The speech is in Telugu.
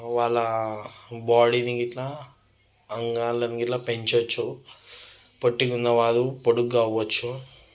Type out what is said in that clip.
వాళ్ళ బాడీని ఇట్లా అంగాలను ఇట్లా పెంచొచ్చు పొట్టిగున్న వాళ్ళు పొడుగ్గా అవచ్చు